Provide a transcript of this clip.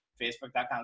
Facebook.com